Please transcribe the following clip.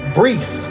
brief